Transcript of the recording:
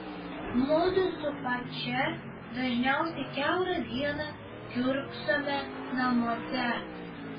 mudu su pačia dažniausiai kiaurą dieną kiurksome namuose